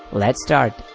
let's start.